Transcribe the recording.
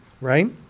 right